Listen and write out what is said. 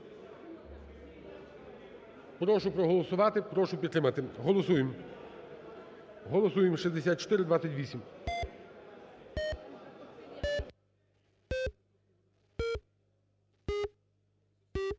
Прошу проголосувати, прошу підтримати. Голосуємо! Голосуємо 6428.